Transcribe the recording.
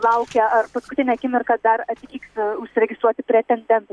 laukia ar paskutinę akimirką dar atvyks e užsiregistruoti pretendentai